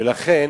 ולכן,